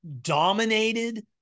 dominated